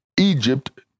Egypt